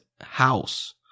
house